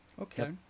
Okay